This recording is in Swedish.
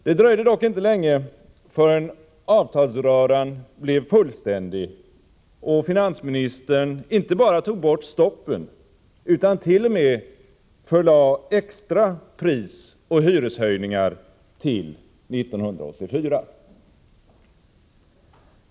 Det dröjde dock inte länge förrän avtalsröran blev fullständig och finansministern inte bara tog bort stoppen, utan t.o.m. förlade extra prisoch hyreshöjningar till 1984.